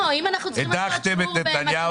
לא, אם אנחנו צריכים לעשות שיעור במתמטיקה.